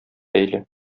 бәйле